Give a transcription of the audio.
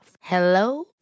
Hello